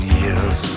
years